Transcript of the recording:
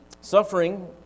suffering